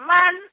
Man